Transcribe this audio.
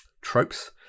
tropes